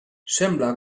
sembla